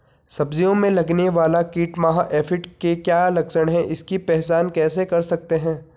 सब्जियों में लगने वाला कीट माह एफिड के क्या लक्षण हैं इसकी पहचान कैसे कर सकते हैं?